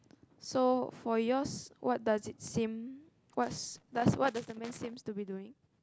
so for yours what does it seem what's does what does the man seems to be doing